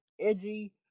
Edgy